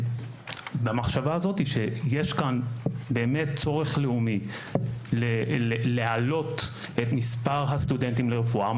במחשבה הזו שיש כאן באמת צורך לאומי להעלות את מספר הסטודנטים לרפואה.